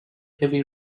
heavy